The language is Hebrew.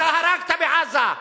אתה הרגת בעזה.